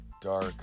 dark